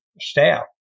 staff